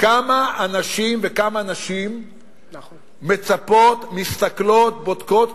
כמה אנשים וכמה נשים מצפות, מסתכלות, בודקות.